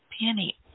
penny